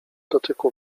dotyku